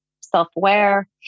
self-aware